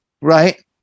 right